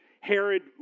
Herod